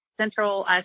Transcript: central